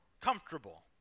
comfortable